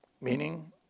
meaning